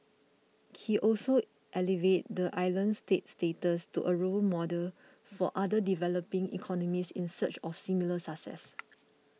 he also elevated the island state's status to a role model for other developing economies in search of similar success